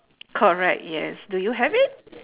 correct yes do you have it